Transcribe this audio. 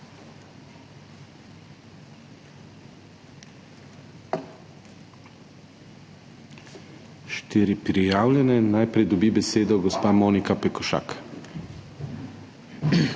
Štirje prijavljeni. Najprej dobi besedo gospa Monika Pekošak.